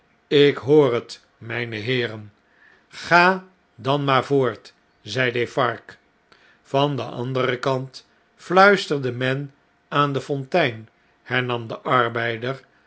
lk hoor het mjjne heeren ga dan maar voort zei defarge van den anderen kant fluistert men aan de fontein hernam de arbeider